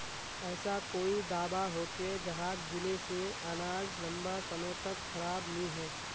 ऐसा कोई दाबा होचे जहाक दिले से अनाज लंबा समय तक खराब नी है?